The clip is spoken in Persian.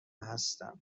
هستم